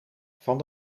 van